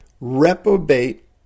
Reprobate